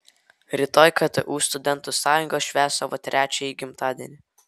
rytoj ktu studentų sąjunga švęs savo trečiąjį gimtadienį